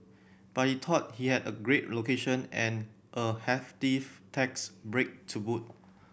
but he thought he had a great location and a hefty tax break to boot